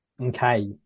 Okay